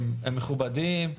הם מכובדים,